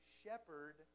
shepherd